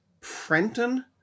Prenton